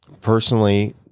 Personally